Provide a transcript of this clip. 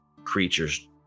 creatures